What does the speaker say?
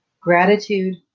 Gratitude